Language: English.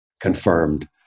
confirmed